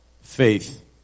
faith